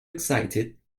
excited